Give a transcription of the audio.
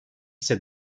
ise